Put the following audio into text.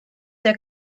der